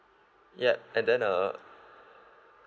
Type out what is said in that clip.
yup and then err